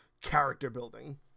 character-building